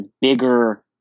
bigger